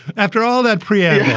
after all that preamp